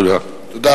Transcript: תודה.